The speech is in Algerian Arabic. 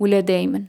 منه تمرض.